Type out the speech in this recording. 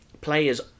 players